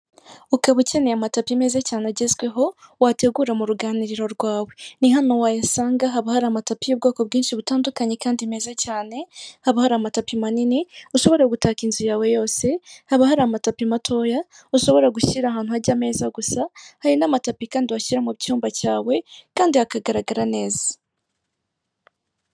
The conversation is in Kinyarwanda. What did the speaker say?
Ukaba ukeneye amatapi meza cyane agezweho wategura mu ruganiriro rwawe ni hano wayasanga, haba hari amatapi y'ubwoko bwinshi butandukanye kandi meza cyane, haba hari amatapi manini ushobora gutaka inzu yawe yose, haba hari amatopi matoya ushobora gushyira ahantu hajya ameza gusa, hari n'amatapi kandi washyira mu cyumba cyawe, kandi hakagaragara neza.